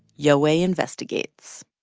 yowei investigates